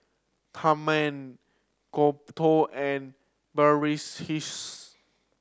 Tharman Gouthu and Verghese